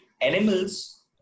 animals